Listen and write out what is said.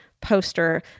poster